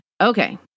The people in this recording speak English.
Okay